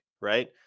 right